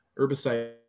herbicide